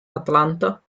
atlanta